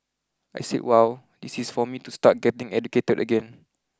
I said wow this is for me to start getting educated again